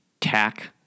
tack